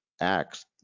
acts